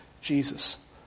Jesus